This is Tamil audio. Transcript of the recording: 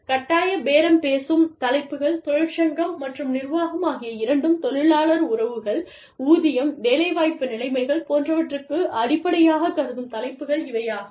கட்டாய பேரம் பேசும் தலைப்புகள் தொழிற்சங்கம் மற்றும் நிர்வாகம் ஆகிய இரண்டும் தொழிலாளர் உறவுகள் ஊதியம் வேலைவாய்ப்பு நிலைமைகள் போன்றவற்றுக்கு அடிப்படையாகக் கருதும் தலைப்புகள் இவை ஆகும்